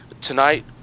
tonight